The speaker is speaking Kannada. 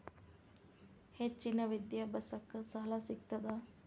ಹೆಚ್ಚಿನ ವಿದ್ಯಾಭ್ಯಾಸಕ್ಕ ಸಾಲಾ ಸಿಗ್ತದಾ?